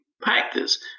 practice